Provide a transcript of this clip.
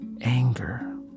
anger